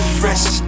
fresh